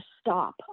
stop